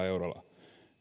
eurolla